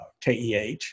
KEH